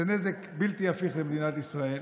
זה נזק בלתי הפיך למדינת ישראל.